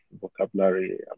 vocabulary